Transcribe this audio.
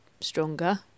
stronger